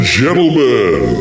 gentlemen